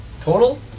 Total